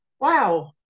wow